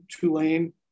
Tulane